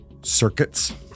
circuits